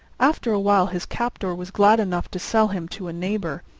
after a while his captor was glad enough to sell him to a neighbour,